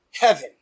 heaven